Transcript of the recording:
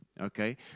Okay